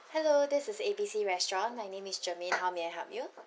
hello this is A B C restaurant my name is jermaine how may I help you